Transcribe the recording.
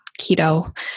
keto